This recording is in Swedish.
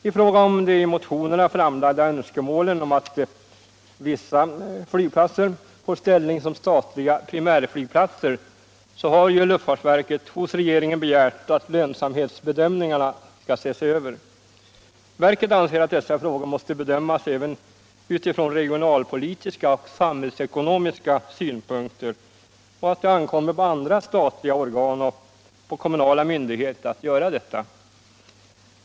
I fråga om de i motionerna framlagda önskemålen om att vissa flygplatser skall få ställning som statliga primärflygplatser har ju lufttartsverket hos regeringen begärt att lönsamhetsbedömningarna skall ses över. Verket anser att dessa frågor måste bedömas även från regionalpolitiska och samhällsekonomiska synpunkter och att det ankommer på andra statliga organ och på kommunala myndigheter att göra detta.